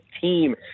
team